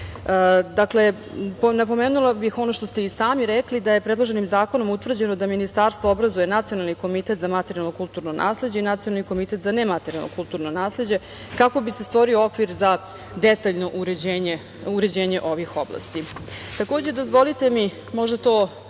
napomenula bih ono što ste i sami rekli, da je predloženim zakonom utvrđeno da Ministarstvo obrazuje nacionalni komitet za materijalno kulturno nasleđe i nacionalni komitet za nematerijalno kulturno nasleđe kako bi se stvorio okvir za detaljno uređenje ovih oblasti. Takođe, dozvolite mi, možda to